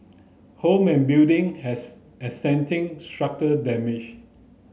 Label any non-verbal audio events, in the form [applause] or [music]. home and building has [unintelligible] structure damage